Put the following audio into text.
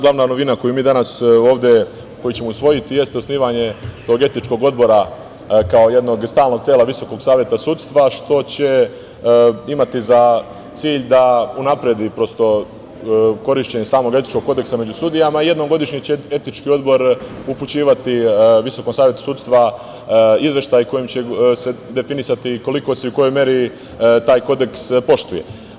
Glavna novina koju ćemo mi danas ovde usvojiti jeste osnivanje tog etičkog odbora, kao jednog stalnog tela Visokog saveta sudstva, što će imati za cilj da unapredi korišćenje samog etičkog kodeksa među sudijama i jednom godišnje će etički odbor upućivati Visokom savetu sudstva izveštaj kojim će se definisati koliko se i u kojoj meri taj kodeks poštuje.